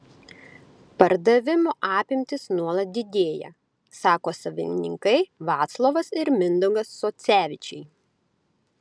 pardavimo apimtys nuolat didėja sako savininkai vaclovas ir mindaugas socevičiai